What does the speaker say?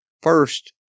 First